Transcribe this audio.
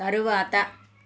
తరువాత